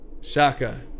Shaka